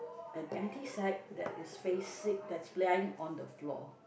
an empty sack that is facing that is lying on the floor